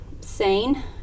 sane